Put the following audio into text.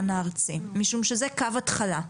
טוב חבר'ה,